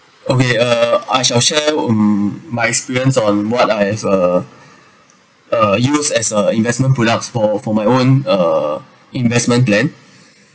okay uh I shall share um my experience on what I as uh uh use as a investment products for for my own uh investment plan